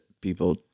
people